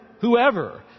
whoever